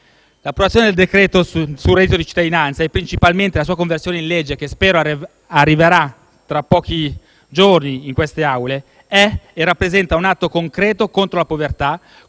L'approvazione del decreto sul reddito di cittadinanza, e principalmente la sua conversione in legge che spero arriverà tra pochi giorni in queste Aule, è e rappresenta un atto concreto contro la povertà,